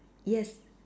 yes